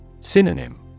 Synonym